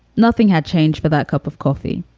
nothing had changed for that cup of coffee.